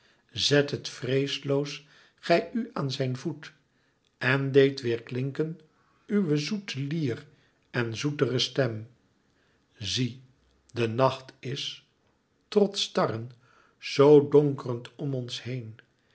zijde zettet vreesloos gij u aan zijn voet en deedt weêrklinken uwe zoete lier en zoetere stem zie de nacht is trots starren zoo donkerend om ons vrees